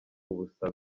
busabe